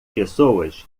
pessoas